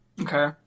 Okay